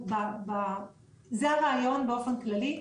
זה הרעיון באופן כללי,